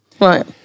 Right